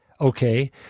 Okay